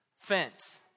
Fence